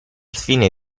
fine